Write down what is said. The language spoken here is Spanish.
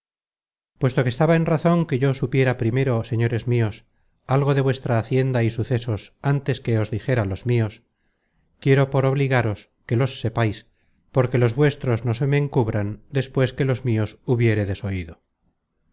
puesto que estaba en razon que yo supiera primero señores mios algo de vuestra hacienda y sucesos ántes que os dijera los mios quiero por obligaros que los sepais porque los vuestros no se me encubran despues que los mios